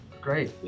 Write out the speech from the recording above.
Great